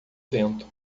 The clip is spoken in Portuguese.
vento